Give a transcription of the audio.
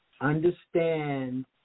Understand